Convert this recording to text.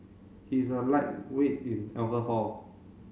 he is a lightweight in alcohol